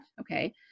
okay